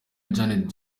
janet